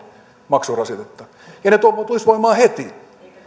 maksurasitetta ja ne tulisivat voimaan heti